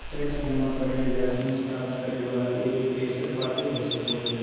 tax जमा करे ले लाइसेंस प्राप्त करे वला एगो तेसर पार्टी हो सको हइ